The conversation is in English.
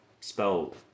Spell